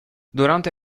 durante